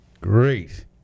Great